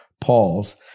Paul's